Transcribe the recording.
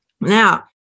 Now